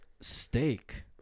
Steak